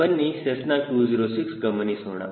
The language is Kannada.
ಬನ್ನಿ ಸೆಸ್ನಾ206 ಗಮನಿಸೋಣ